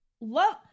Love